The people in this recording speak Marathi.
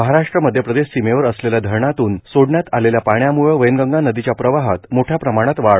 महाराष्ट्र मध्यप्रदेश सीमेवर असलेल्या धरणातून सोडण्यात आलेल्या पाण्यामुळं वैनगंगा नदीच्या प्रवाहात मोठ्या प्रमाणात वाढ